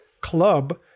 club